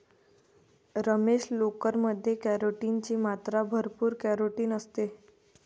रमेश, लोकर मध्ये केराटिन ची मात्रा भरपूर केराटिन असते